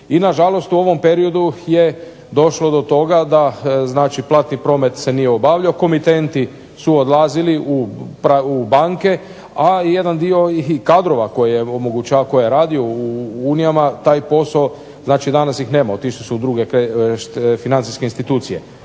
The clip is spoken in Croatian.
i na žalost u ovom periodu je došlo do toga da platni promet se nije obavljao, komitenti su odlazili u banke a jedan dio kadrova koji omogućava, koji je radio u unijama taj posao, danas ih nema, otišli su u druge financijske institucije.